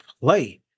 play